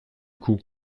coup